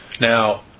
Now